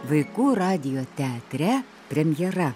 vaikų radijo teatre premjera